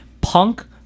Punk